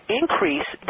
increase